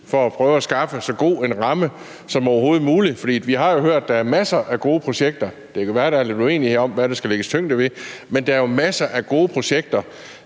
at skaffe så god en ramme som overhovedet muligt. For vi har jo hørt, at der er masser af gode projekter. Det kan være, at der er lidt uenighed om, hvad der skal vægtes tungest, men der er jo masser af gode projekter,